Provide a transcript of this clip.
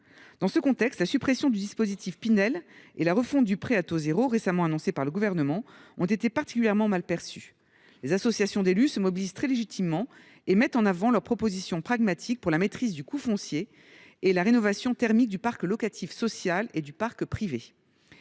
Dans ce contexte, la suppression du dispositif Pinel et la refonte du prêt à taux zéro (PTZ), récemment annoncées par le Gouvernement, ont été particulièrement mal perçues. Les associations d’élus se mobilisent très légitimement contre ces mesures. Elles mettent en avant des propositions pragmatiques pour la maîtrise du coût du foncier et la rénovation thermique du parc locatif social et du parc privé.